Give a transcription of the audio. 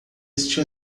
este